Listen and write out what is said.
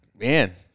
man